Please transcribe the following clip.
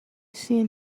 seen